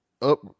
up